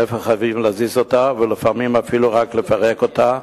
איפה חייבים להזיז ולפעמים אפילו גם לפרק אותה.